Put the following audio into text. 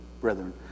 brethren